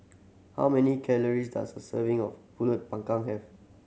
how many calories does a serving of Pulut Panggang have